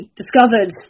discovered